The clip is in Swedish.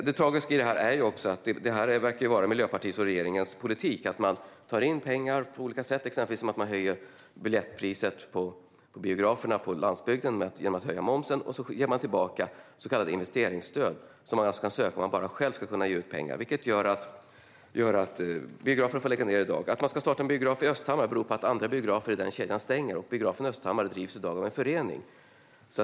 Det är också tragiskt att det verkar vara Miljöpartiets och regeringens politik att ta in pengar på olika sätt, exempelvis genom att höja biljettpriset på biograferna på landsbygden genom att höja momsen, och ge tillbaka så kallade investeringsstöd, som man bara kan söka om man själv kan lägga ut pengar, vilket gör att biograferna i dag får lägga ned. Att man ska starta en biograf i Östhammar beror på att andra biografer i den kedjan stänger. Biografen i Östhammar drivs i dag av en förening.